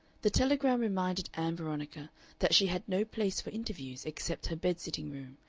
the telegram reminded ann veronica that she had no place for interviews except her bed-sitting-room,